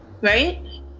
Right